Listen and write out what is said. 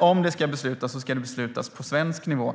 Om det ska beslutas ska det beslutas på svensk nivå.